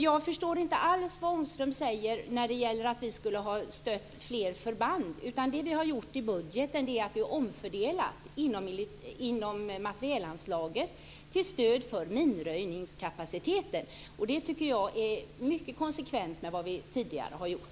Jag förstår inte alls vad Ångström säger om att vi skulle ha stött fler förband. I budgeten har vi omfördelat inom materielanslaget till stöd för minröjningskapaciteten. Det tycker jag är mycket konsekvent med tanke på vad vi tidigare har gjort.